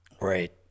Right